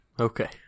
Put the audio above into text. Okay